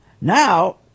Now